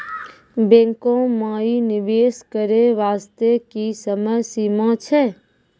बैंको माई निवेश करे बास्ते की समय सीमा छै?